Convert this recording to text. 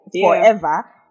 forever